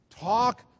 talk